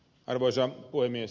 arvoisa puhemies